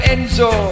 Enzo